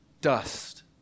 dust